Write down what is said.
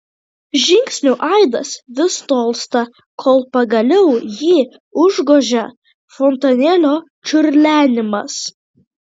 žingsnių aidas vis tolsta kol pagaliau jį užgožia fontanėlio čiurlenimas